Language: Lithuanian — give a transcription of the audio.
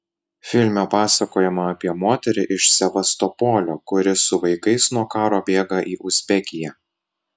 filme pasakojama apie moterį iš sevastopolio kuri su vaikais nuo karo bėga į uzbekiją